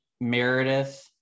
Meredith